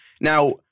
Now